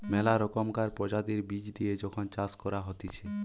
মেলা রকমকার প্রজাতির বীজ দিয়ে যখন চাষ করা হতিছে